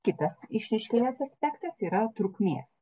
kitas išryškėjęs aspektas yra trukmės